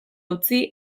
utzi